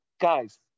Guys